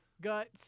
guts